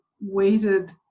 weighted